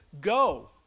go